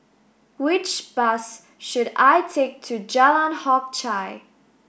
which bus should I take to Jalan Hock Chye